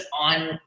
on